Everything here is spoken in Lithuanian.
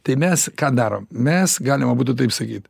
tai mes ką darom mes galim abudu taip sakyt